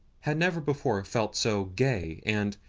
had never before felt so gay, and,